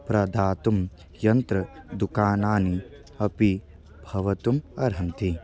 प्रदातुं यन्त्रदुकानानि अपि भवितुम् अर्हन्ति